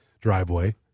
driveway